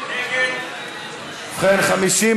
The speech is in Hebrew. מניעת בחירת